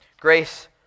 grace